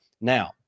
Now